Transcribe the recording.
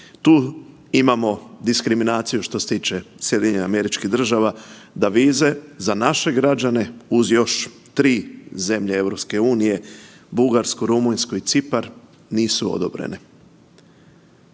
Tu imamo diskriminaciju što se tiče SAD-a da vize za naše građane uz još tri zemlje EU Bugarsku, Rumunjsku i Cipar nisu odobrene.